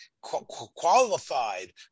qualified